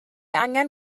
angen